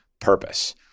purpose